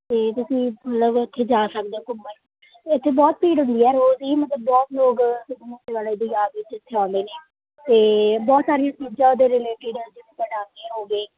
ਅਤੇ ਤੁਸੀਂ ਮਤਲਬ ਉੱਥੇ ਜਾ ਸਕਦੇ ਹੋ ਘੁੰਮਣ ਅਤੇ ਇੱਥੇ ਬਹੁਤ ਭੀੜ ਹੁੰਦੀ ਹੈ ਰੋਜ਼ ਹੀ ਮਤਲਬ ਬਹੁਤ ਲੋਕ ਸਿੱਧੂ ਮੂਸੇ ਵਾਲੇ ਦੀ ਯਾਦ ਵਿੱਚ ਇੱਥੇ ਆਉਂਦੇ ਨੇ ਅਤੇ ਬਹੁਤ ਸਾਰੀਆਂ ਚੀਜ਼ਾਂ ਉਹਦੇ ਰਿਲੇਟਿਡ